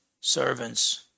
servants